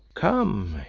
come,